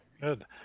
good